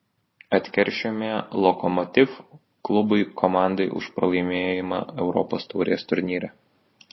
atkeršijome lokomotiv klubui komandai už pralaimėjimą europos taurės turnyre